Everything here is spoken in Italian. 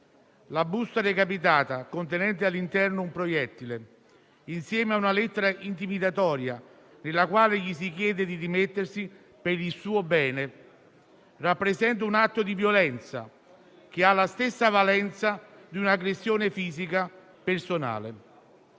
La busta recapitata, contenente all'interno un proiettile insieme a una lettera intimidatoria nella quale gli si chiede di dimettersi per il suo bene, rappresenta un atto di violenza che ha la stessa valenza di un'aggressione fisica personale.